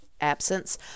absence